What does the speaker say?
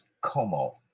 Como